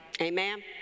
Amen